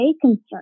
concern